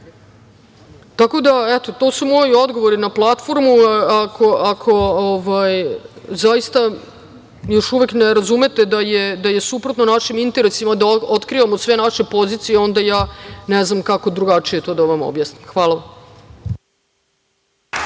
to? Tako da, eto, to su moji odgovori na platformu. Ako zaista još uvek ne razumete da je suprotno našim interesima da otkrivamo sve naše pozicije, onda ja ne znam kako drugačije to da vam objasnim. Hvala